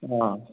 अ